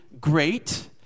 great